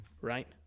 right